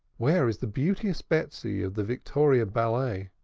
where is the beauteous betsy of the victoria ballet?